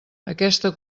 aquesta